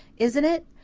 isn't it?